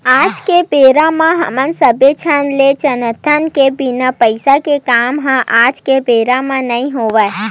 आज के बेरा म हमन सब्बे झन ये जानथन के बिना पइसा के काम ह आज के बेरा म नइ होवय